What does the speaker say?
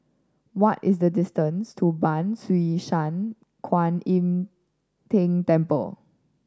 what is the distance to Ban Siew San Kuan Im Tng Temple